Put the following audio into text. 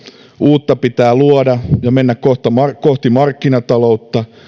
uutta pitää luoda ja mennä kohti markkinataloutta